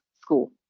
school